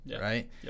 Right